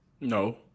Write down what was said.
No